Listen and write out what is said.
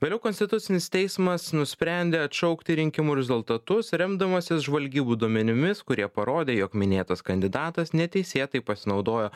vėliau konstitucinis teismas nusprendė atšaukti rinkimų rezultatus remdamasis žvalgybų duomenimis kurie parodė jog minėtas kandidatas neteisėtai pasinaudojo